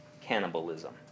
cannibalism